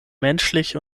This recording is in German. menschlich